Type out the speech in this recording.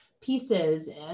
pieces